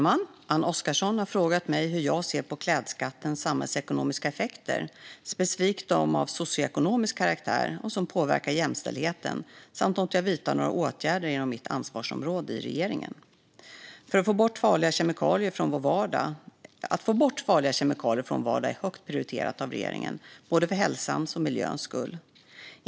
Fru talman! har frågat mig hur jag ser på klädskattens samhällsekonomiska effekter, specifikt de av socioekonomisk karaktär och de som påverkar jämställdheten, samt om jag vidtar några åtgärder inom mitt ansvarsområde i regeringen. Att få bort farliga kemikalier från vår vardag är högt prioriterat av regeringen, både för hälsans och för miljöns skull.